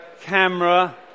camera